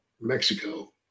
Mexico